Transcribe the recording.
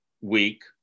week